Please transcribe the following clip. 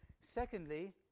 Secondly